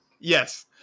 Yes